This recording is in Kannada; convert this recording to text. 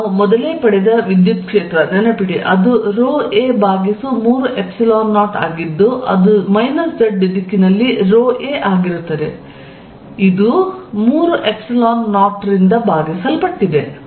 ಆದ್ದರಿಂದ ನಾವು ಮೊದಲೇ ಪಡೆದ ವಿದ್ಯುತ್ ಕ್ಷೇತ್ರ ನೆನಪಿಡಿ ಅದು ρa30 ಆಗಿದ್ದು ಅದು z ದಿಕ್ಕಿನಲ್ಲಿ ρa ಆಗಿರುತ್ತದೆ ಇದು 30 ರಿಂದ ಭಾಗಿಸಲ್ಪಟ್ಟಿದೆ